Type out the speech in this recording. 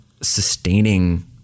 sustaining